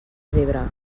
zebra